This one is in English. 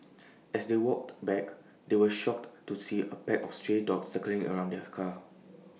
as they walked back they were shocked to see A pack of stray dogs circling around their car